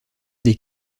des